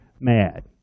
mad